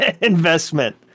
investment